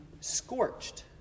scorched